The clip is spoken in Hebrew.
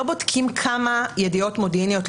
לא בודקים כמה ידיעות מודיעיניות,